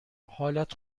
حالت